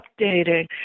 updating